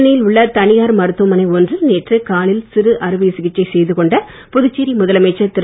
சென்னையில் உள்ள தனியார் மருத்துவமனை ஒன்றில் நேற்று காலில் சிறு அறுவை சிகிச்சை செய்துகொண்ட புதுச்சேரி முதலமைச்சர் திரு